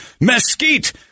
mesquite